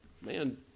Man